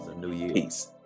Peace